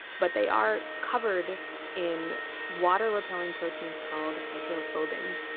but they are covered in water-repelling proteins called hydrophobins,